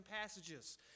passages